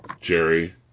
Jerry